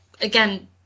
again